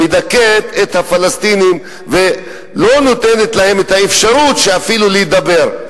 מדכאת את הפלסטינים ולא נותנת להם את האפשרות אפילו להידבר.